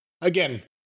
again